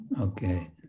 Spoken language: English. Okay